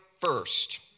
first